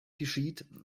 geschieht